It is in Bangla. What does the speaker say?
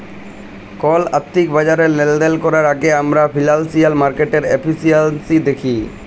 কল আথ্থিক বাজারে লেলদেল ক্যরার আগে আমরা ফিল্যালসিয়াল মার্কেটের এফিসিয়াল্সি দ্যাখি